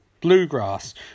Bluegrass